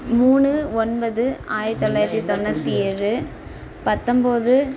மூணு ஒன்பது ஆயிரத்து தொள்ளாயிரத்து தொண்ணூற்றி ஏழு பத்தம்போது